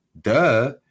Duh